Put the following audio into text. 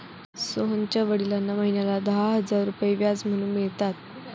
सोहनच्या वडिलांना महिन्याला दहा हजार रुपये व्याज म्हणून मिळतात